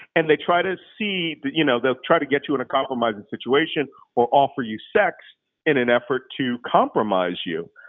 and they try to see that, you know, they'll try to get you in a compromising situation or offer you sex in an effort to compromise you.